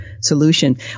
solution